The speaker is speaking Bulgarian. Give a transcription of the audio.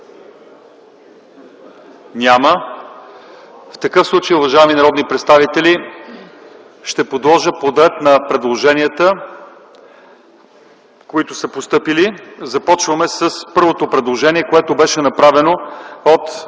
Няма. В такъв случай, уважаеми народни представители, ще подложа на гласуване по реда на предложенията, които са постъпили. Започваме с първото предложение, което беше направено от